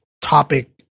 topic